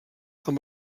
amb